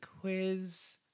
quiz